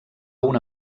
una